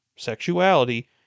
sexuality